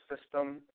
system